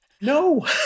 no